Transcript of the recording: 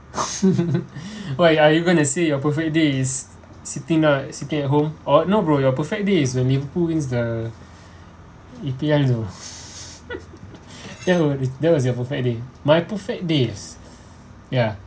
why are you going to say your perfect day is sitting down sitting at home or no bro your perfect day is when liverpool wins the that will that was your perfect day my perfect day ah ya